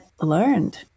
learned